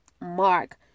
Mark